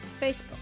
Facebook